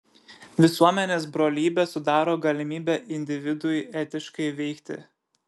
visuomenės brolybė sudaro galimybę individui etiškai veikti